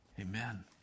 Amen